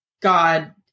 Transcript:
God